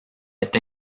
est